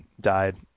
died